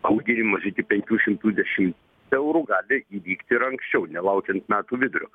auginimas iki penkių šimtų dešim eurų gali įvykti ir anksčiau nelaukiant metų vidurio